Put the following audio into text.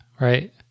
right